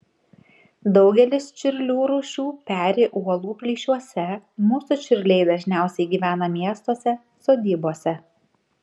daugelis čiurlių rūšių peri uolų plyšiuose mūsų čiurliai dažniausiai gyvena miestuose sodybose